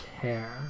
care